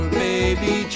baby